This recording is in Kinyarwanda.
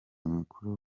mukuru